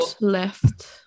left